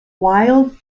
wild